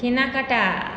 কেনাকাটা